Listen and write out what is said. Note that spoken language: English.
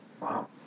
Wow